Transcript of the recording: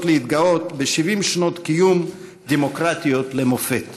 להתגאות ב-70 שנות קיום דמוקרטיות למופת,